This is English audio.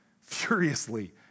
furiously